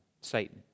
Satan